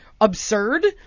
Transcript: absurd